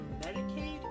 Medicaid